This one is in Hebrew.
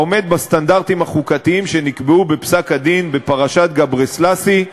העומד בסטנדרטים החוקתיים שנקבעו בפסק-הדין בפרשת גברסלסי,